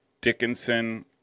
Dickinson